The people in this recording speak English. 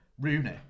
Rooney